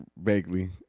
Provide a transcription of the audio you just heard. Vaguely